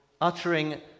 uttering